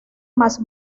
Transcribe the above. más